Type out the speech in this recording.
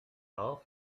darf